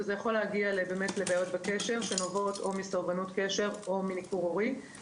וזה יכול להגיע לבעיות בקשר שנובעות מסרבנות קשר או ניכור הורי.